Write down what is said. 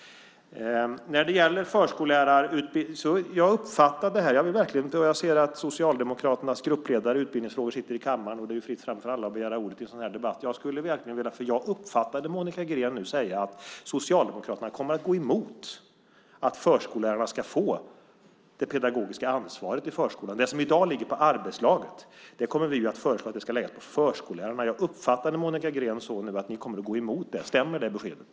När det gäller förskollärarutbildningen uppfattade jag - jag ser att Socialdemokraternas gruppledare i utbildningsfrågor sitter i kammaren, och det är fritt fram för alla att begära ordet i en sådan här debatt - att Monica Green nu sade att Socialdemokraterna kommer att gå emot att förskollärarna ska få det pedagogiska ansvaret i förskolan, det som i dag ligger på arbetslaget. Vi kommer att föreslå att det ska läggas på förskollärarna. Jag uppfattade nu Monica Green som att ni kommer att gå emot det. Stämmer det beskedet?